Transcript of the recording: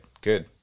good